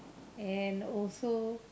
and also